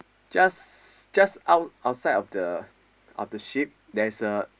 just just out outside of the of the sheep there's a